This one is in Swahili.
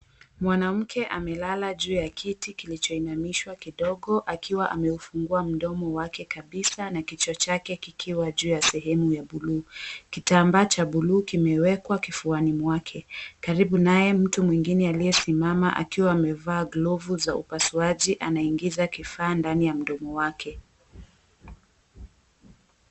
Mwanamke amelala juu ya kiti kilichoinamishwa kidogo akiwa ameufungua mdomo wake kabisa na kichwa chake kikiwa juu ya sehemu ya buluu. Kitambaa cha buluu kimewekwa kifuani mwake. Karibu naye mtu mwingine aliyesimama akiwa amevaa glovu za upasuaji anaingiza kifaa ndani ya mdomo wake.